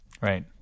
Right